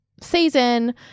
season